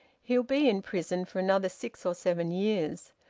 he'll be in prison for another six or seven years.